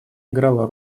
играла